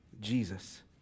Jesus